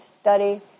study